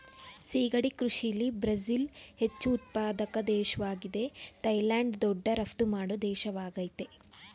ಸಿಗಡಿ ಕೃಷಿಲಿ ಬ್ರಝಿಲ್ ಹೆಚ್ಚು ಉತ್ಪಾದಕ ದೇಶ್ವಾಗಿದೆ ಥೈಲ್ಯಾಂಡ್ ದೊಡ್ಡ ರಫ್ತು ಮಾಡೋ ದೇಶವಾಗಯ್ತೆ